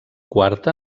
quarta